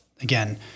again